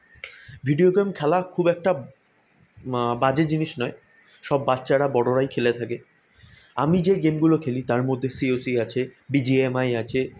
video game খেলা খুব একটা বাজে জিনিস নয় সব বাচ্চারা বড়োরাই খেলে থাকে আমি যে গেমগুলো খেলি তার মধ্যে সি ও সি আছে বি জি এম আই আছে